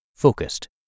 Focused